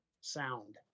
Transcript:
Sound